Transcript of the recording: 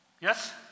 Yes